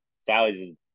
Sally's